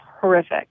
horrific